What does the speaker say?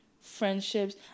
friendships